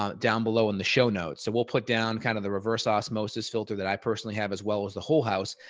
um down below in the show notes. so we'll put down kind of the reverse osmosis filter that i personally have as well as the whole house.